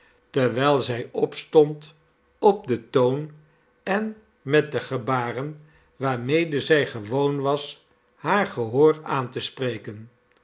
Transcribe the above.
terwijl zij opstond op den toon en met de gebaren waarmede zij gewoon was haar gehoor aan te spreken